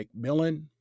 mcmillan